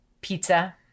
pizza